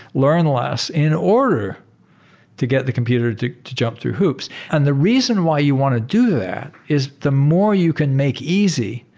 learn less in order to get the computer to to jump through hoops. and the reason why you want to do that is the more you can make easy,